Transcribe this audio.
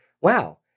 wow